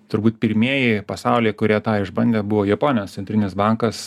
turbūt pirmieji pasauly kurie tai išbandė buvo japonijos centrinis bankas